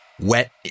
wet